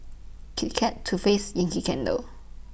Kit Kat Too Faced Yankee Candle